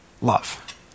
love